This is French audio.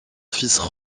fils